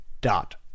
dot